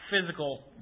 physical